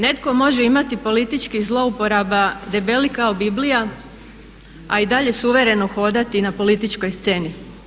Netko može imati političkih zlouporaba debelih kao Biblija, a i dalje suvereno hodati na političkoj sceni.